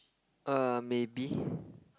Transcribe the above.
err maybe